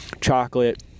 chocolate